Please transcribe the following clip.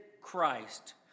Christ